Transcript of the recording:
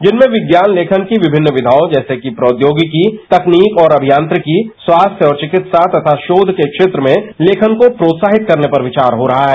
जिनमें विज्ञान लेखन की विभिन्न विद्याओं जैसे प्रौद्योगिकी तकनीक और अभियांत्रिकी स्वास्थ्य और चिकित्सा तथा शोघ के क्षेत्र में लेखन को प्रोत्साहित करने पर विचार हो रहा है